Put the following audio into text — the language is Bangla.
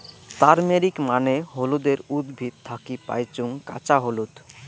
তারমেরিক মানে হলুদের উদ্ভিদ থাকি পাইচুঙ কাঁচা হলুদ